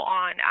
on